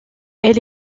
elle